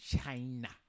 china